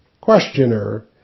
Questioner